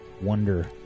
wonder